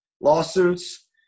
lawsuits